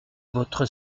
votre